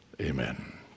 amen